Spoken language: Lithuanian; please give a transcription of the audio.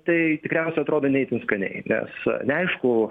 tai tikriausiai atrodo ne itin skaniai nes neaišku